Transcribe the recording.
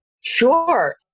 Sure